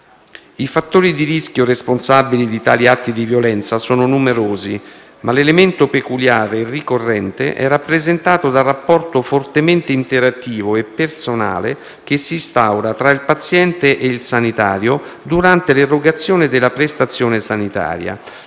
I fattori di rischio responsabili di tali atti di violenza sono numerosi, ma l'elemento peculiare e ricorrente è rappresentato dal rapporto fortemente interattivo e personale che si instaura tra il paziente e il sanitario durante l'erogazione della prestazione sanitaria